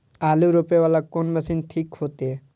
आलू रोपे वाला कोन मशीन ठीक होते?